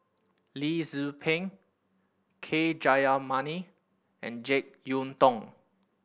Lee Tzu Pheng K Jayamani and Jek Yeun Thong